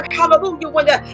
Hallelujah